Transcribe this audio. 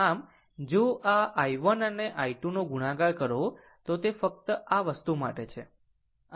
આમ જો આ i1 અને i2 ગુણાકાર કરો તો તે ફક્ત આ વસ્તુ માટે છે